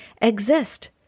exist